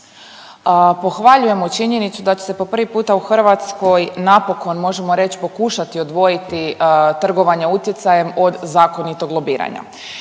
pohvaljujemo činjenicu da će se po prvi puta u Hrvatskoj napokon, možemo reć, pokušati odvojiti trgovanje utjecajem od zakonitog lobiranja.